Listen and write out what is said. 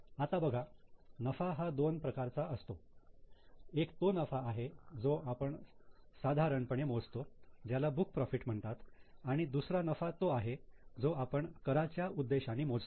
आता बघा नफा हा दोन प्रकारचा असतो एक तो नफा आहे जो आपण साधारणपणे मोजतो ज्याला बुक प्रॉफिट म्हणतात आणि दुसरा नफा तो आहे जो आपण कराच्या उद्देशाने मोजतो